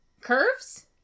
curves